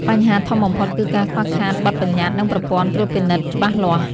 បញ្ហាធំបំផុតគឺការខ្វះខាតបទប្បញ្ញត្តិនិងប្រព័ន្ធត្រួតពិនិត្យច្បាស់លាស់។